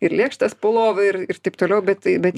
ir lėkštės po lova ir taip toliau bet tai bet